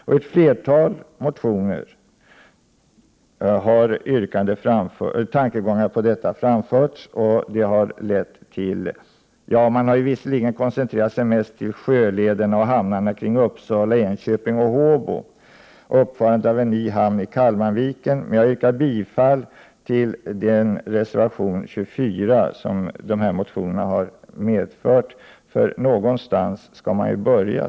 I ett flertal motioner har dessa tankegångar framförts, även om man koncentrerat sig kring sjölederna och hamnarna i Uppsala, Enköping och Håbo samt uppförandet av en ny hamn i Kalmarviken. Jag yrkar dock bifall till reservation 24, som dessa motioner har medfört, för någonstans skall man ju börja.